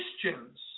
Christians